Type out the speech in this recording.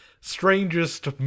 Strangest